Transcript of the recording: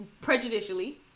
prejudicially